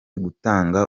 gutanga